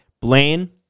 Blaine